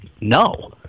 no